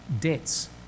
debts